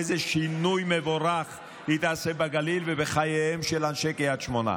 איזה שינוי מבורך היא תעשה בגליל ובחייהם של אנשי קריית שמונה,